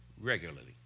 regularly